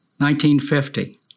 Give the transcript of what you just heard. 1950